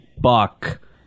Buck